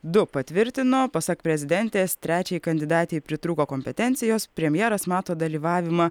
du patvirtino pasak prezidentės trečiai kandidatei pritrūko kompetencijos premjeras mato dalyvavimą